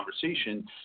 conversation